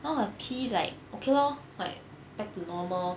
now her pee like okay lor like back to normal